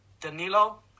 Danilo